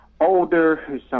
older